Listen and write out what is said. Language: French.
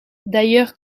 d’ailleurs